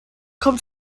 kommt